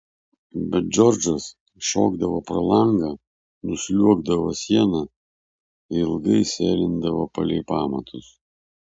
bet džordžas šokdavo pro langą nusliuogdavo siena ir ilgai sėlindavo palei pamatus